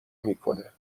میکنه